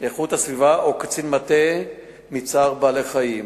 איכות הסביבה או קצין מטה מצער בעלי-חיים.